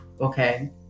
okay